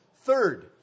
Third